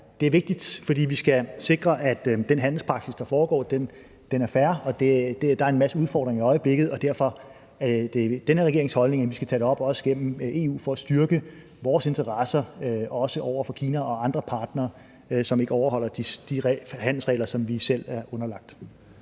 det er vigtigt. For vi skal sikre, at den handelspraksis, der foregår, er fair. Der er en masse udfordringer i øjeblikket, og derfor er det den her regerings holdning, at vi skal tage det op, også gennem EU, for at styrke vores interesser, også over for Kina og andre partnere, som ikke overholder de handelsregler, som vi selv er underlagt.